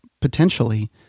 potentially